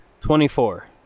Twenty-four